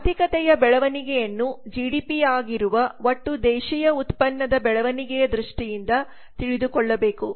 ಆರ್ಥಿಕತೆಯ ಬೆಳವಣಿಗೆಯನ್ನು ಜಿಡಿಪಿಯಾಗಿರುವ ಒಟ್ಟು ದೇಶೀಯ ಉತ್ಪನ್ನದ ಬೆಳವಣಿಗೆಯ ದೃಷ್ಟಿಯಿಂದ ತಿಳಿದುಕೊಳ್ಳಬೇಕು